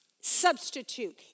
substitute